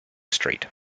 street